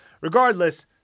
Regardless